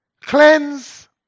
cleanse